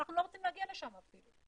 ואנחנו לא רוצים להגיע לשם אפילו.